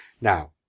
Now